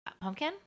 Pumpkin